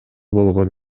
болгон